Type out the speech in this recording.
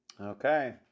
Okay